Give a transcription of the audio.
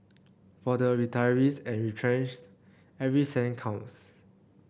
for the retirees and retrenched every cent counts